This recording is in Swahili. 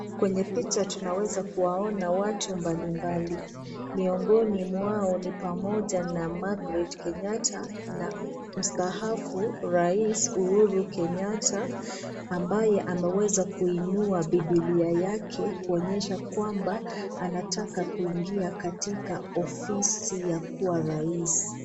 Kwenye picha tunaweza kuwaona watu mbalimbali, miongoni mwao ni pamoja na Margaret Kenyatta na mtaafu rais Uhuru Kenyatta ambaye ameweza kuinua bibilia yake kuonyesha kwamba anataka kuingia katika ofisi ya kua rais.